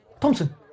Thompson